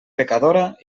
pecadora